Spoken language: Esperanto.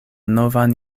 novan